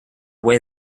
way